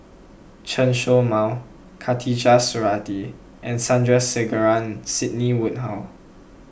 Chen Show Mao Khatijah Surattee and Sandrasegaran Sidney Woodhull